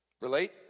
relate